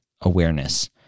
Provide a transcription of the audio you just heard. awareness